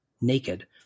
Naked